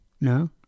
No